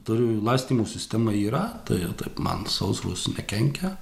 turim laistymo sistema yra tai taip man sausros nekenkia